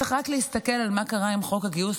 צריך רק להסתכל מה קרה עם חוק הגיוס